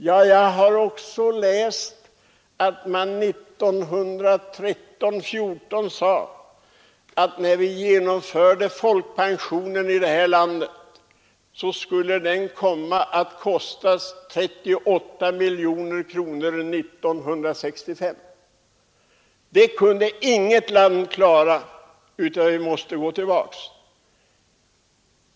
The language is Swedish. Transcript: Jag har också läst om att man 1913 i samband med genomförandet av folkpensionen beräknade att denna 1965 skulle komma att kosta 38 miljoner kronor. Det kunde inget land klara, utan vi måste gå tillbaka.